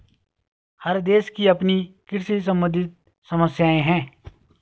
हर देश की अपनी कृषि सम्बंधित समस्याएं हैं